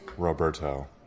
roberto